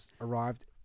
arrived